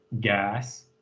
gas